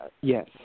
Yes